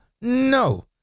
No